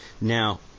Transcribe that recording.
now